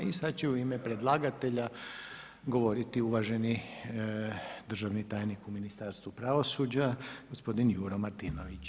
I sada će u ime predlagatelja govoriti uvaženi državni tajnik u Ministarstvu pravosuđa gospodin Juro Martinović.